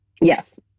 Yes